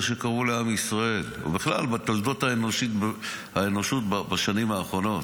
שקרו לעם ישראל ובכלל בתולדות האנושות בשנים האחרונות,